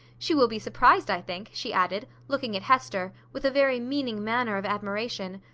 she will be surprised, i think, she added, looking at hester, with a very meaning manner of admiration.